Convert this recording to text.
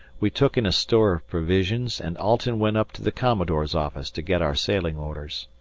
we took in a store of provisions and alten went up to the commodore's office to get our sailing orders.